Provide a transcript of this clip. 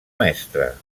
mestra